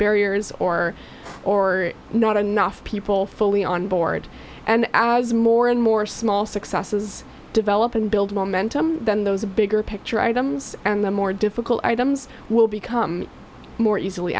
barriers or or not enough people fully onboard and as more and more small successes develop and build momentum then those a bigger picture items and the more difficult items will become more easily